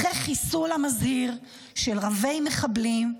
אחרי חיסול מזהיר של רבי-מחבלים,